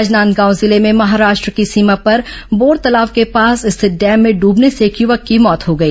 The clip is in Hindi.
राजनांदगांव जिले में महाराष्ट्र की सीमा पर बोरतलाव के पास स्थित डैम में डूबने से एक युवक की मौत हो गई